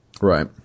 Right